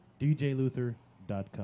DJLuther.com